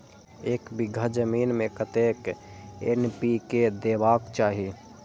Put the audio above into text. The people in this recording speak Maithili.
एक बिघा जमीन में कतेक एन.पी.के देबाक चाही?